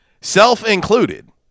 self-included